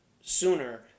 sooner